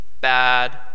bad